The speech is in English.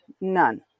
None